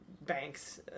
banks